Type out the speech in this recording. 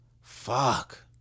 fuck